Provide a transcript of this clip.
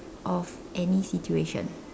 of any situation